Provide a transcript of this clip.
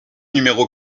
numéro